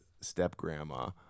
step-grandma